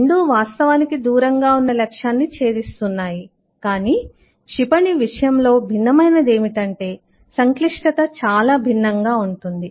రెండూ వాస్తవానికి దూరంగా ఉన్న లక్ష్యాన్ని చేధిస్తున్నాయి కాని క్షిపణి విషయంలో భిన్నమైనది ఏమిటంటే సంక్లిష్టత చాలా భిన్నంగా ఉంటుంది